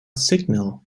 signal